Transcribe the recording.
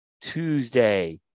Tuesday